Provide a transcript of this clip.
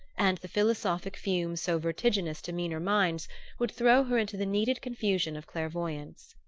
and the philosophic fumes so vertiginous to meaner minds would throw her into the needed condition of clairvoyance.